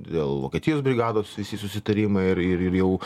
dėl vokietijos brigados visi susitarimai ir ir ir jau